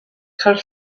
cael